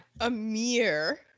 Amir